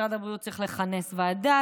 משרד הבריאות צריך לכנס ועדה,